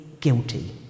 guilty